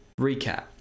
recap